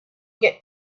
get